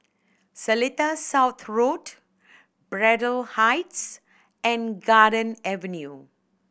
Seletar South Road Braddell Heights and Garden Avenue